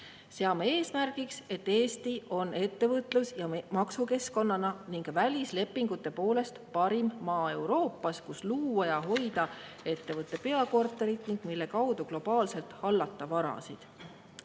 "Seame eesmärgiks, et Eesti on ettevõtlus- ja maksukeskkonna ning välislepingute poolest parim maa Euroopas, kus luua ja hoida ettevõtte peakorterit ning mille kaudu globaalselt hallata varasid."